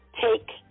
take